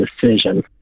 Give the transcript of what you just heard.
decision